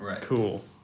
cool